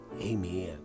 amen